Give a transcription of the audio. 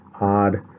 odd